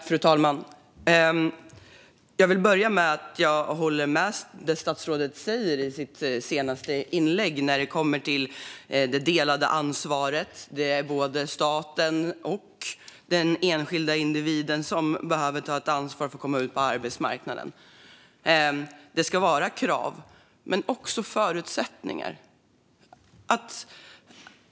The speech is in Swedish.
Fru talman! Jag håller med om det statsrådet säger i sitt senaste inlägg om det delade ansvaret. Både staten och den enskilda individen behöver ta ett ansvar för att man ska komma ut på arbetsmarknaden. Det ska vara krav men också förutsättningar.